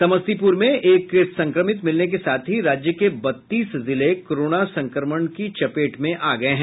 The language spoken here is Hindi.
समस्तीपुर में एक संक्रमित मिलने के साथ ही राज्य के बत्तीस जिले कोरोना संक्रमण की चपेट में आ गये हैं